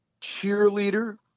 cheerleader